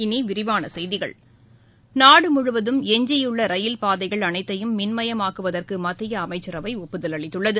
இனி விரிவான செய்திகள் நாடு முழுவதும் எஞ்சியுள்ள ரயில் பாதைகள் அனைத்தையும் மின்மயமாக்குவதற்கு மத்திய அமைச்சரவை ஒப்புதல் அளித்துள்ளது